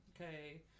okay